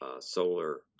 solar